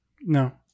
No